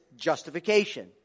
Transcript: justification